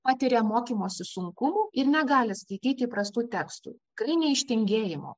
patiria mokymosi sunkumų ir negali skaityti įprastų tekstų kai ne iš tingėjimo